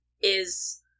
is-